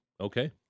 Okay